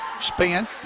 Spin